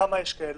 כמה יש כאלה?